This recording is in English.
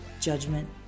Judgment